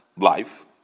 Life